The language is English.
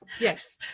Yes